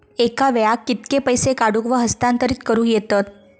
एका वेळाक कित्के पैसे काढूक व हस्तांतरित करूक येतत?